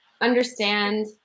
understand